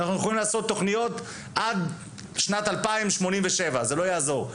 אנחנו יכולים לעשות תוכניות עד שנת 2087 זה לא יעזור.